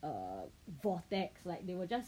err vortex like they will just